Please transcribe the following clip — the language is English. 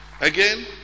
Again